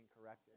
corrected